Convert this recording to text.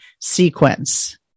sequence